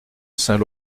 saint